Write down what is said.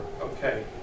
Okay